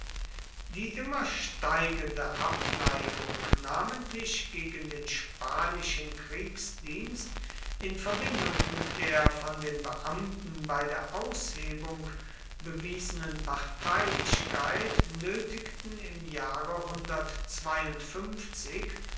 die immer steigende abneigung namentlich gegen den spanischen kriegsdienst in verbindung mit der von den beamten bei der aushebung bewiesenen parteilichkeit nötigten im jahre